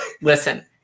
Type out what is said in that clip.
Listen